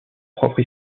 propre